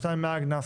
שניים מהגנ"ס,